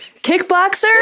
kickboxer